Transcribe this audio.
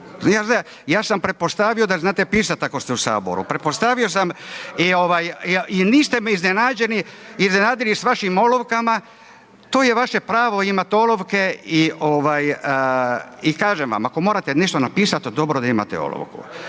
Ja sam pretpostavio da znate pisati ako ste u Saboru, pretpostavio sam i niste me iznenadili s vašim olovkama, to je vaše pravo imati olovke i kažem vam, ako morate nešto napisati dobro je da imate olovku.